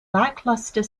lackluster